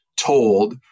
Told